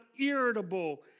irritable